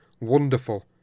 wonderful